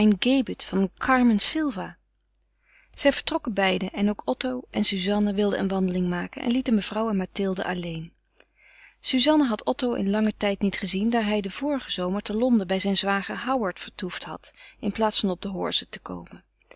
van carmen sylva zij vertrokken beide en ook otto en suzanne wilden een wandeling maken en lieten mevrouw en mathilde alleen suzanne had otto in langen tijd niet gezien daar hij den vorigen zomer te londen bij zijn zwager howard vertoefd had in plaats van op de horze te komen